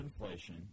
inflation